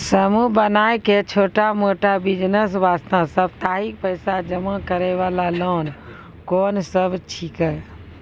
समूह बनाय के छोटा मोटा बिज़नेस वास्ते साप्ताहिक पैसा जमा करे वाला लोन कोंन सब छीके?